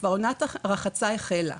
כבר עונת הרחצה החלה.